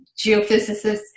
geophysicists